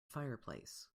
fireplace